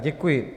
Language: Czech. Děkuji.